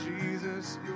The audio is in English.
Jesus